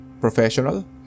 professional